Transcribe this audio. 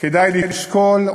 כדאי לשקול,